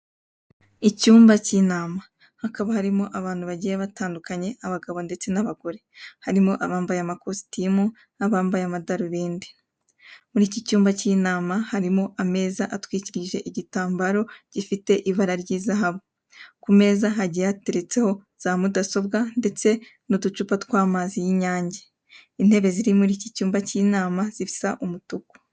Icyumba cy'inama. Hakaba harimo abantu bagiye batandukanye, abagabo ndetse n'abagore. Harimo abambaye amakositimu n'abambaye amadarubindi. Muri iki cyumba cy'inama harimo ameza atwikirije igitambaro gifite ibara ry' izahabu. Ku meza hagiye hateretseho za mudasobwa ndetse n'uducupa tw'amazi y'Inyange. Intebe ziri muri icyi cyumba cy'inama zisa umutuku.